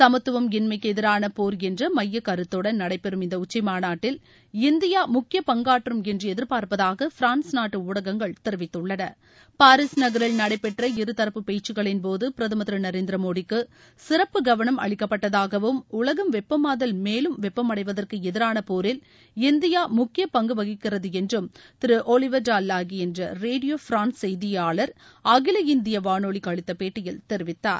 சமத்துவம் இன்மைக்கு எதிரான போர் என்ற மையக்கருத்துடன்ள நடைபெறும் இந்த உச்சி மாநாட்டில் இந்தியா முக்கிய பங்காற்றும் என்று எதிர்பார்ப்பதாக பிரான்ஸ் நாட்டு ஊடகங்கள் தெரிவித்துள்ளன பாரிஸ் நகரில் நடைபெற்ற இருதரப்பு பேச்சுக்களின்போது பிரதமர் திரு நரேந்திர மோடிக்கு சிறப்பு கவனம் அளிக்கப்பட்டதாகவும் உலகம் வெப்பமாதல் மேலும் வெப்பமடைவதற்கு எதரான போரில் இந்தியா முக்கிய பங்கு வகிக்கிறது என்றும் திரு ஒலிவர் டா லாகி என்ற ரேடியோ பிரான்ஸ் செய்தியாளர் அதில இந்திய வானொலிக்கு அளித்த பேட்டியில் தெரிவித்தார்